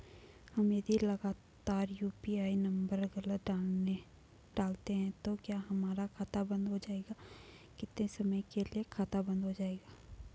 हम यदि लगातार यु.पी.आई नम्बर गलत डालते हैं तो क्या हमारा खाता बन्द हो जाएगा कितने समय के लिए खाता बन्द हो जाएगा?